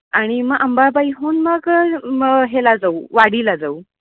आणि मग अंबाबाईहून मग मग ह्याला जाऊ वाडीला जाऊ